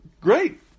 great